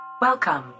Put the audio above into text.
Welcome